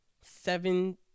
seven